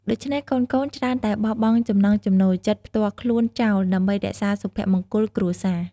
ដូច្នេះកូនៗច្រើនតែបោះបង់ចំណង់ចំណូលចិត្តផ្ទាល់ខ្លួនចោល ដើម្បីរក្សាសុភមង្គលគ្រួសារ។